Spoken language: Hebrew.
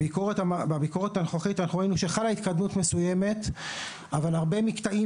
בביקורת הנוכחית ראינו שחלה התקדמות מסוימת אבל הרבה מקטעים